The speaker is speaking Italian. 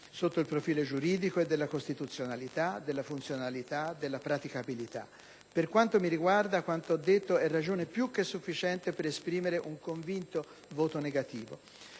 sotto il profilo giuridico e della costituzionalità, della funzionalità, della praticabilità. Per quanto mi riguarda, quanto ho detto è ragione più che sufficiente per esprimere un convinto voto negativo.